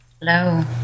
Hello